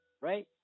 right